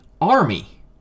Army